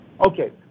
Okay